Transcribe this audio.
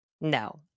No